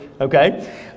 okay